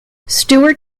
stuart